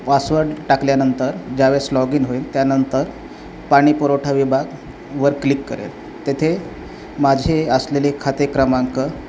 password टाकल्यानंतर ज्यावेळेस log in होईल त्यानंतर पाणी पुरवठा विभागवर क्लिक करेल तेथे माझे असलेले खाते क्रमांक